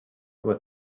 with